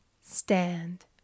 stand